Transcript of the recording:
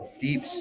deep